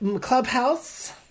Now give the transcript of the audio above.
clubhouse